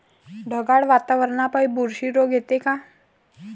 ढगाळ वातावरनापाई बुरशी रोग येते का?